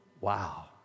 Wow